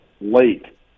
Late